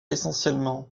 essentiellement